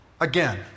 Again